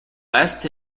west